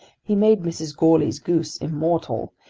he made mrs. goarly's goose immortal,